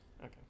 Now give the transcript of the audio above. Okay